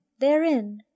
therein